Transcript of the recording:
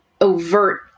overt